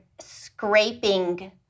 scraping